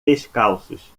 descalços